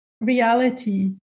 reality